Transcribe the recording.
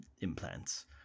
implants